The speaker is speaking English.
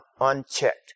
unchecked